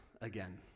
again